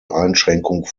einschränkung